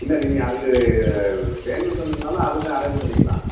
இல்லை நீங்கள் அதுக்கு வேணும்னு சொன்னீங்கன்னாலும் அதுக்கும் அரேஞ்ச் பண்ணிக்கலாம்